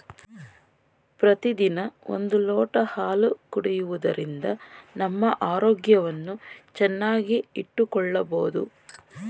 ಪ್ರತಿದಿನ ಒಂದು ಲೋಟ ಹಾಲು ಕುಡಿಯುವುದರಿಂದ ನಮ್ಮ ಆರೋಗ್ಯವನ್ನು ಚೆನ್ನಾಗಿ ಇಟ್ಟುಕೊಳ್ಳಬೋದು